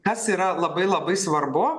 kas yra labai labai svarbu